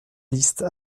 listes